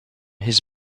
his